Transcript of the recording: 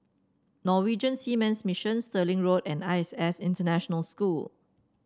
Norwegian Seamen's Mission Stirling Road and I S S International School